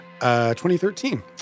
2013